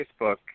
Facebook